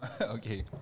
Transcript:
Okay